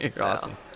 awesome